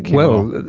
well,